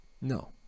No